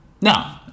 No